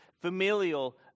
familial